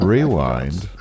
Rewind